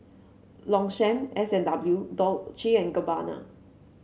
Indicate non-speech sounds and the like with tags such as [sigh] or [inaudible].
Longchamp S and W and [unintelligible] and Gabbana